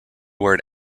word